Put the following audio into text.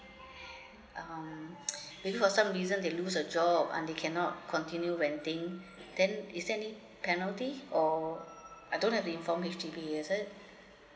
um because some reason they lose the job and they cannot continue renting then is there any penalty or I don't have to inform H_D_B is it